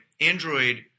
Android